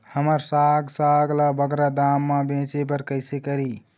हमर साग साग ला बगरा दाम मा बेचे बर कइसे करी?